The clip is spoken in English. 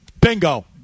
Bingo